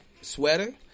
sweater